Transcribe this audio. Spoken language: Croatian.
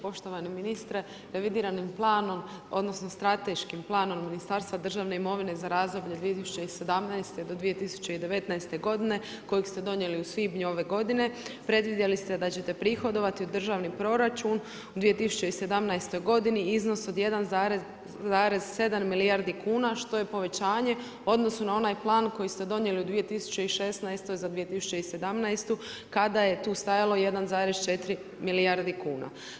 Poštovani ministre, revidiranim planom, odnosno, strateškim planom Ministarstva državne imovine, za razdoblje 2017.-2019. kojeg ste donijeli u svibnju ove godine, predvidjeli ste da ćete prihodovati u državni proračun u 2017. godini, iznos od 1,7 milijardi kuna, što je povećanje u odnosu na onaj plan, koji ste donijeli u 2016. za 2017. kada je tu stajalo 1,4 milijardi kuna.